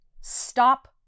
Stop